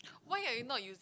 why are you not using